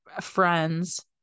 friends